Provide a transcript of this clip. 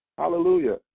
Hallelujah